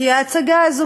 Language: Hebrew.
כי ההצגה הזו,